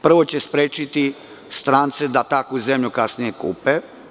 Prvo, sprečiće strance da takvu zemlju kasnije kupe.